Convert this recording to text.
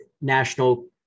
national